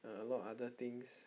a lot of other things